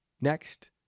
next